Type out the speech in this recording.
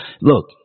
Look